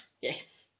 Yes